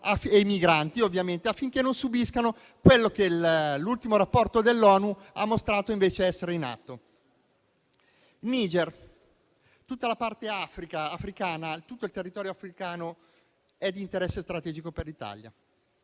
e i migranti, affinché non subiscano quello che l'ultimo rapporto dell'ONU ha mostrato invece essere in atto. Per quanto riguarda il Niger, tutto il territorio africano è di interesse strategico per l'Italia.